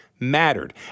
mattered